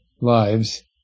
lives